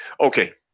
Okay